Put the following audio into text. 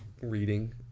reading